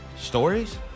Stories